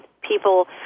people